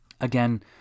again